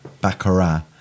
Baccarat